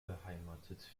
beheimatet